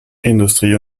industrie